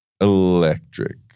electric